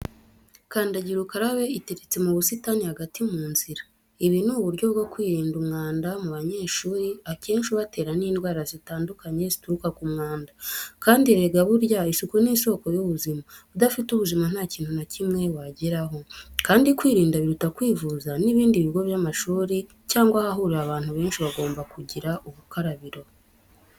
Kandagira ukarabe iteretse mu busitani hagati mu nzira. Ibi ni uburyo bwo kwirinda umwanda mu banyeshuri akenshi ubatera n'indwara zitandukanye zituruka ku mwanda. Kandi erega burya isuku ni isoko y'ubuzima, udafite ubuzima nta kintu na kimwe wageraho. Kandi kwirinda biruta kwivuza, n'ibindi bigo by'amashuri cyangwa ahahurira abantu benshi bagomba kugira ubukarabiro.